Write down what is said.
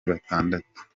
batandatu